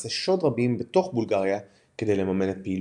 ומעשי שוד רבים בתוך בולגריה כדי לממן את פעילותם.